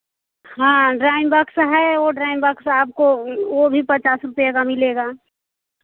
हाँ drawing box है और बॉक्स आपको वह भी पचास रुपये का मिलेगा